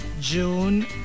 June